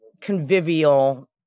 convivial